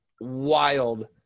wild